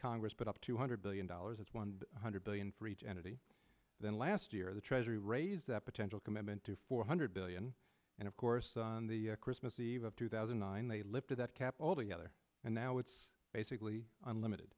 congress but up two hundred billion dollars is one hundred billion for each entity than last year the treasury raised that potential commitment to four hundred billion and of course on the christmas eve of two thousand and they lifted that cap altogether and now it's basically unlimited